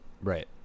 Right